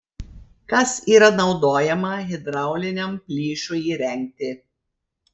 kas yra naudojama hidrauliniam plyšiui įrengti